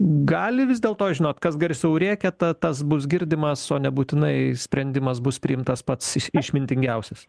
gali vis dėlto žinot kas garsiau rėkiata tas bus girdimas o nebūtinai sprendimas bus priimtas pats išmintingiausias